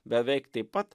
beveik taip pat